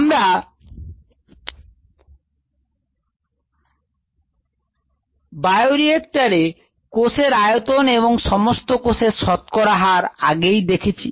আমরা বায়রিএক্টারে কোষের আয়তন এবং সমস্ত কোষের শতকরা হার আমরা আগেই এগুলো দেখেছি